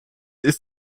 ist